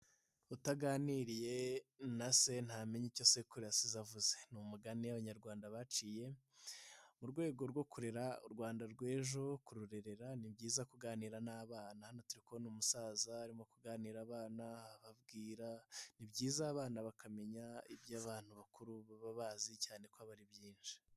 Utaganiriye na se ntamenya icyo sekuru yasize avuze, ni umugani abanyarwanda baciye mu rwego rwo kurera u Rwanda rw'ejo kururerera, ni byiza kuganira n'abana, hano turi kubona umusaza arimo kuganirira abana ababwira, ni byiza abana bakamenya iby'abantu bakuru baba bazi cyane ko aba ari byinshi.